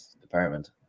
department